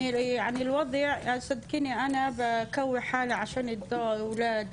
אני מנסה לחזק את עצמי למען הילדים,